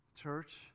church